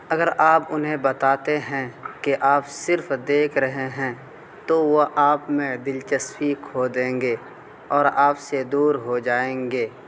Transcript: اگر آپ انہیں بتاتے ہیں کہ آپ صرف دیکھ رہے ہیں تو وہ آپ میں دلچسپی کھو دیں گے اور آپ سے دور ہو جائیں گے